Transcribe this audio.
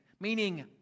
meaning